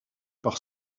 par